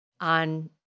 on